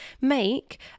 make